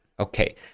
Okay